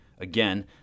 Again